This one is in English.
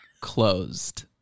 closed